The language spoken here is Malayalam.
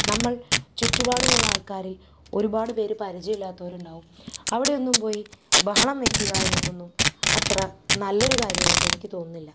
നമ്മൾ ചുറ്റുപാടുമുള്ള ആൾക്കാരിൽ ഒരുപാട് പേര് പരിചയമില്ലാത്തവര് ഉണ്ടാവും അവിടെയൊന്നും പോയി ബഹളം വയ്ക്കുക എന്നത് ഒന്നും അത്ര നല്ലൊരു കാര്യമായിട്ട് എനിക്കു തോന്നില്ല